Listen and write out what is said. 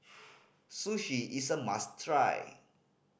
sushi is a must try